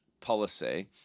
policy